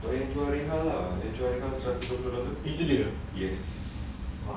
enjoy enjoy seratus lima puluh dolar yes